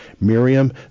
Miriam